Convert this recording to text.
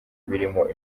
birimo